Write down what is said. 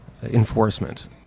enforcement